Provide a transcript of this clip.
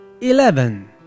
Eleven